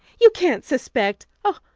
you can't suspect oh,